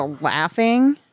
laughing